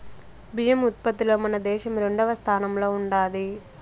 బియ్యం ఉత్పత్తిలో మన దేశం రెండవ స్థానంలో ఉండాది